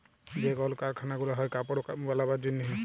যে কল কারখালা গুলা হ্যয় কাপড় বালাবার জনহে